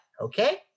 Okay